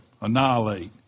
annihilate